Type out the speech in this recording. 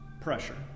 pressure